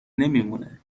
نمیمونه